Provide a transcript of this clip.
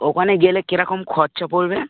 ওখানে গেলে কী রকম খরচা পড়বে